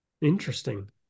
interesting